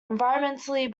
environmentally